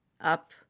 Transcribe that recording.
up